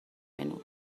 نور